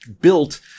built